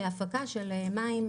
שהפקת מים,